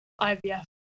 IVF